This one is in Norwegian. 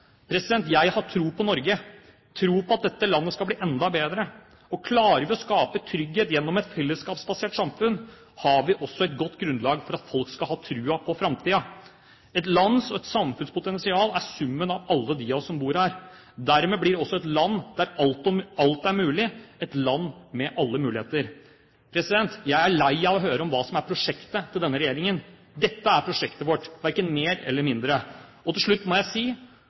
Jeg har tro på Norge – tro på at dette landet skal bli enda bedre. Klarer vi å skape trygghet gjennom et fellesskapsbasert samfunn, har vi også et godt grunnlag for at folk skal ha troen på framtiden. Et lands og et samfunns potensial er summen av alle dem av oss som bor her. Dermed blir også et land der alt er mulig, et land med alle muligheter. Jeg er lei av å høre om hva som er prosjektet til denne regjeringen. Dette er prosjektet vårt, verken mer eller mindre. Til slutt må jeg si